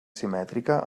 simètrica